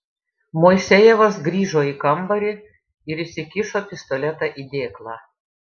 moisejevas grįžo į kambarį ir įsikišo pistoletą į dėklą